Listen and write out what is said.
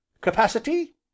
capacity